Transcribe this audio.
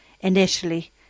initially